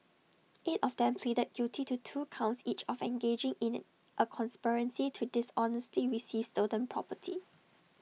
eight of them pleaded guilty to two counts each of engaging in A a conspiracy to dishonestly receive stolen property